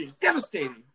Devastating